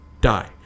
Die